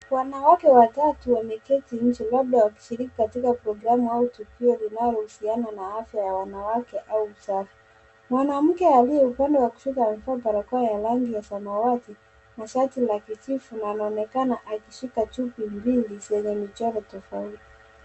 Wanawake watatu wameketi nje labda wakishiriki katika programu au tukio zinazohusiana na afya ya wanawake au usafi. Mwanamke alie upande wa kushoto amevaa barakoa ya rangi ya samawati na shati la kijivu anaonekana akishika chupi zenye michoro tofauti.